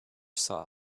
saw